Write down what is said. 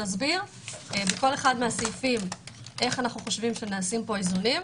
נסביר בכל אחד מהסעיפים איך אנו חושבים שנעשים פה האיזונים.